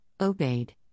obeyed